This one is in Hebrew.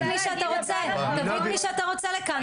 תביא את מי שאתה רוצה לכאן,